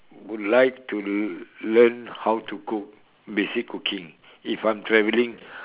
would like to learn how to cook basic cooking if I'm traveling